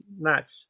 match